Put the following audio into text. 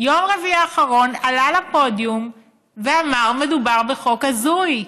ביום רביעי האחרון עלה לפודיום ואמר: מדובר בחוק הזוי.